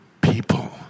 people